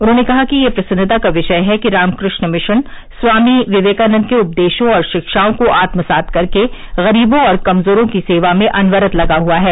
उन्होंने कहा कि यह प्रसन्नता का विषय है कि रामकृष्ण मिशन स्वानी विवेकानन्द के उपदेशों और शिक्षाओं को आत्मसात कर के ग्रीबों और कमजोरों की सेवा में अनवरत लगा हुआ है